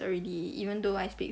already even though I speak